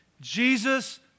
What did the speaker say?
Jesus